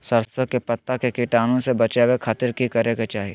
सरसों के पत्ता के कीटाणु से बचावे खातिर की करे के चाही?